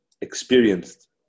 experienced